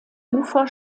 ufer